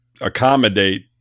accommodate